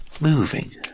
moving